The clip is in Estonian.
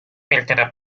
piltide